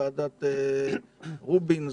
ועדת רובין,